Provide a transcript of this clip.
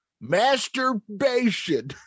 Masturbation